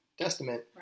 Testament